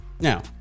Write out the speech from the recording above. now